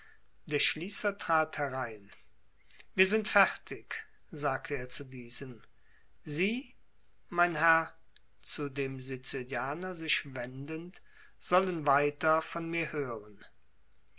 der schließer trat herein wir sind fertig sagte er zu diesem sie mein herr zu dem sizilianer sich wendend sollen weiter von mir hören